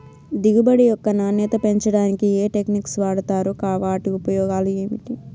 దిగుబడి యొక్క నాణ్యత పెంచడానికి ఏ టెక్నిక్స్ వాడుతారు వాటి ఉపయోగాలు ఏమిటి?